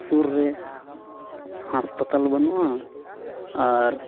ᱥᱩᱨ ᱨᱮ ᱦᱟᱥᱯᱟᱛᱟᱞ ᱵᱟᱹᱱᱩᱜᱼᱟ ᱟᱨ